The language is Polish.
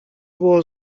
było